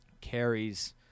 carries